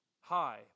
hi